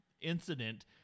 incident